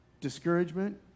Discouragement